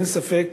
ואין ספק,